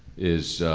is